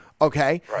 okay